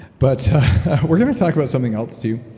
but we're going to talk about something else too,